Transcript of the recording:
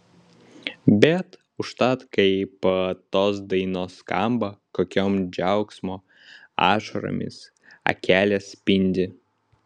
bet užtat kaip tos dainos skamba kokiom džiaugsmo ašaromis akelės spindi